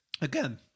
again